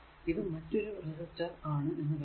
ഇത് മറ്റൊരു റെസിസ്റ്റർ ആണ് എന്ന് കരുതുക